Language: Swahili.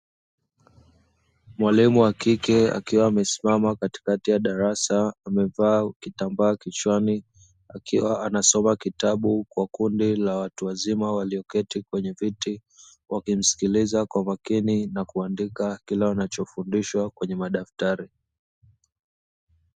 Mwalimu wa kike akiwa amesimama katikati ya darasa amevaa kitambaa kichwani akiwa anasoma kitabu kwa kundi la watu wazima walioketi kwenye viti wakimsikiliza kwa makini na kuandika kile wanachofundishwa kwenye madaftari